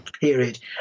period